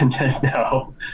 No